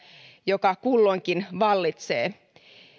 joka kulloinkin valitsee